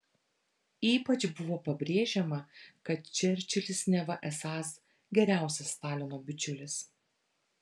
ypač buvo pabrėžiama kad čerčilis neva esąs geriausias stalino bičiulis